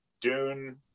Dune